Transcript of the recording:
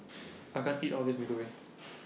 I can't eat All of This Mee Goreng